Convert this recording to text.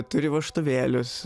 turi vožtuvėlius